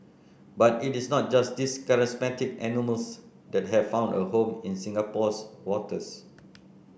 but it is not just these charismatic animals that have found a home in Singapore's waters